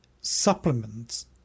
supplements